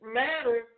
matter